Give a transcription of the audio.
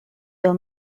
your